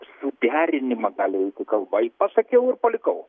suderinimą gali eiti kalba i pasakiau ir palikau